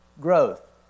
Growth